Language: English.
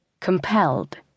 Compelled